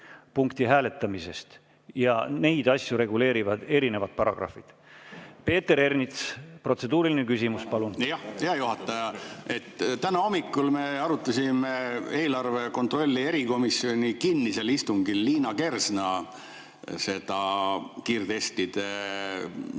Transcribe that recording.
punkti hääletamisest. Neid asju reguleerivad erinevad paragrahvid. Peeter Ernits, protseduuriline küsimus, palun! Hea juhataja! Täna hommikul me arutasime riigieelarve kontrolli erikomisjoni kinnisel istungil Liina Kersna kiirtestide hanke